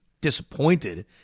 disappointed